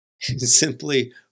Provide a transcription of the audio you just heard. simply